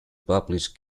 publish